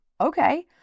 okay